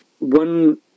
One